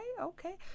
okay